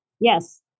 Yes